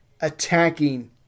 attacking